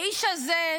האיש הזה,